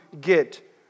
get